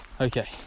okay